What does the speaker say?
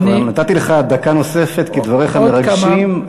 נתתי לך דקה נוספת, כי דבריך מרגשים.